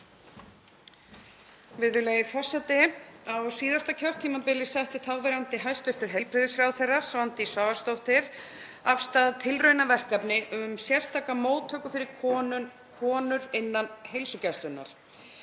Virðulegi forseti. Á síðasta kjörtímabili setti þáverandi hæstv. heilbrigðisráðherra, Svandís Svavarsdóttir, af stað tilraunaverkefni um sérstaka móttöku fyrir konur innan heilsugæslunnar.